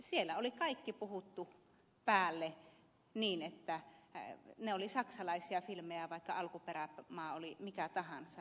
siellä oli kaikki puhuttu päälle niin että ne olivat saksalaisia filmejä vaikka alkuperämaa oli mikä tahansa